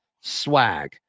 swag